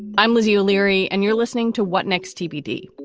i'm lizzie o'leary, and you're listening to what next, tbd,